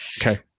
Okay